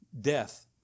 Death